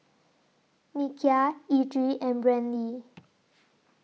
Nikia Edrie and Brantley